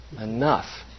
enough